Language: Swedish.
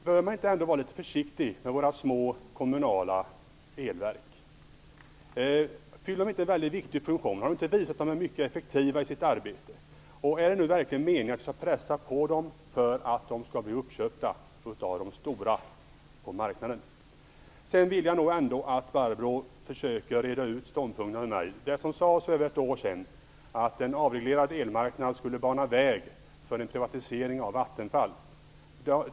Bör man inte vara litet försiktig med våra små kommunala elverk? Fyller de inte en väldig viktig funktion? Har det inte visat att de är mycket effektiva i sitt arbete? Är det verkligen meningen att vi skall pressa dem för att de skall bli uppköpta av de stora på marknaden? Jag vill att Barbro Andersson reder ut ståndpunkterna. Det sades för ungefär ett år sedan att en avreglerad elmarknad skulle bana väg för en privatisering av Vattenfall.